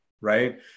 Right